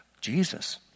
Jesus